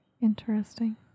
Interesting